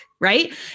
right